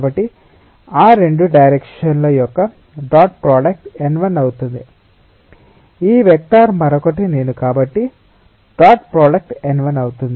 కాబట్టి ఆ రెండు డైరెక్షన్ ల యొక్క డాట్ ప్రోడక్ట్ n 1 అవుతుంది ఈ వెక్టర్ మరొకటి నేను కాబట్టి డాట్ ప్రోడక్ట్ n 1 అవుతుంది